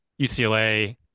UCLA